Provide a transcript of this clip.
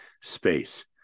space